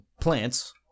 plants—